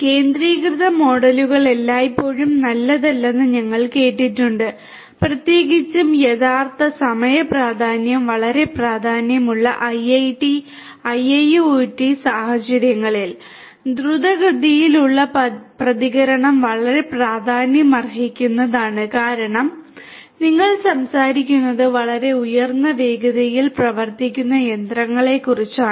കേന്ദ്രീകൃത മോഡലുകൾ എല്ലായ്പ്പോഴും നല്ലതല്ലെന്ന് ഞങ്ങൾ കണ്ടിട്ടുണ്ട് പ്രത്യേകിച്ചും യഥാർത്ഥ സമയ പ്രാധാന്യം വളരെ പ്രാധാന്യമുള്ള IIoT സാഹചര്യങ്ങളിൽ ദ്രുതഗതിയിലുള്ള പ്രതികരണം വളരെ പ്രാധാന്യമർഹിക്കുന്നതാണ് കാരണം നിങ്ങൾ സംസാരിക്കുന്നത് വളരെ ഉയർന്ന വേഗതയിൽ പ്രവർത്തിക്കുന്ന യന്ത്രങ്ങളെക്കുറിച്ചാണ്